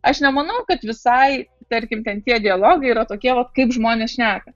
aš nemanau kad visai tarkim ten tie dialogai yra tokie vat kaip žmonės šneka